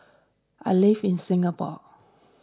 I live in Singapore